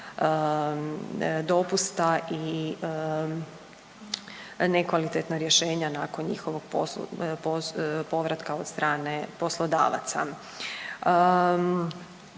dopusta i nekvalitetna rješenja nakon njihovog povratka od strane poslodavaca.